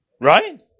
Right